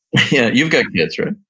yeah you've got kids right?